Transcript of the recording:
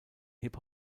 hip